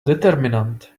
determinant